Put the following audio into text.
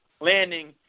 landing